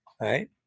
right